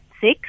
six